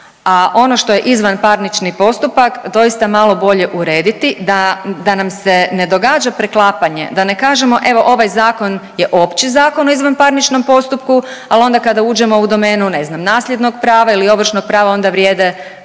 a ono što je izvanparnični postupak doista malo bolje urediti da nam se ne događa preklapanje, da ne kažemo evo ovaj zakon je opći zakon o izvanparničnom postupku. Ali onda kad uđemo u domenu ne znam nasljednog prava ili ovršnog prava onda vrijede